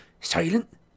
silent